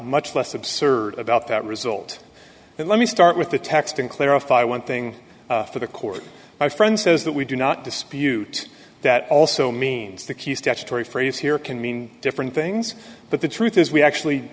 much less absurd about that result than let me start with the text and clarify one thing for the court my friend says that we do not dispute that also means the key statutory phrase here can mean different things but the truth is we actually